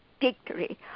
victory